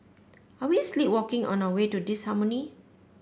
are we sleepwalking our way to disharmony